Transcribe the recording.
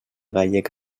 gallec